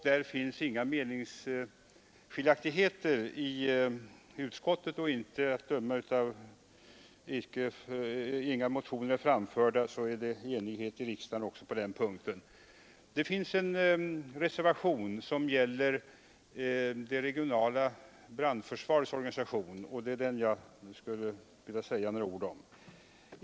Där finns inga meningsskiljaktigheter i utskottet, och eftersom inga motioner är framförda råder enighet också i riksdagen på den punkten. Det finns en reservation som gäller det regionala brandförsvarets organisation, och det är den jag skulle vilja säga några ord om.